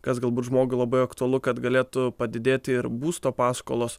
kas galbūt žmogui labai aktualu kad galėtų padidėti ir būsto paskolos